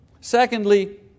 Secondly